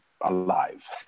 alive